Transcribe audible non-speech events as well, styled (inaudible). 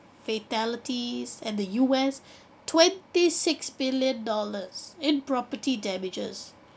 fatalities and the U_S (breath) twenty six billion dollars in property damages